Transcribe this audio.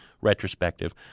retrospective